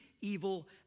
evil